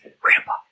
Grandpa